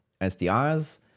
SDRs